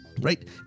right